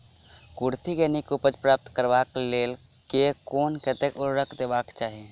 कुर्थी केँ नीक उपज प्राप्त करबाक लेल केँ कुन आ कतेक उर्वरक देबाक चाहि?